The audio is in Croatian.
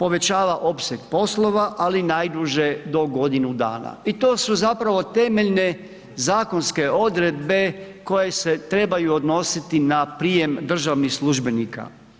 povećava opseg poslova, ali najduže do godinu dana i to su zapravo temeljne zakonske odredbe koje se trebaju odnositi na prijem državnih službenika.